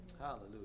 Hallelujah